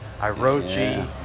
Irochi